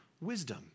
wisdom